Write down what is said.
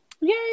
yay